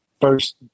first